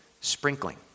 sprinkling